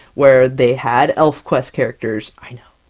where they had elfquest characters. i know,